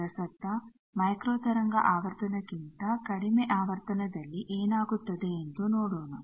ಪ್ರಸಕ್ತ ಮೈಕ್ರೋ ತರಂಗ ಆವರ್ತನಕ್ಕಿಂತ ಕಡಿಮೆ ಆವರ್ತನದಲ್ಲಿ ಏನಾಗುತ್ತದೆ ಎಂದು ನೋಡೊಣ